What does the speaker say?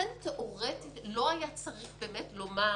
לכן תאורטית לא היה צריך באמת לומר